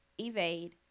evade